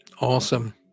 Awesome